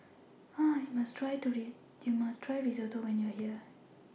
YOU must Try Risotto when YOU Are here